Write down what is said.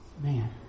Man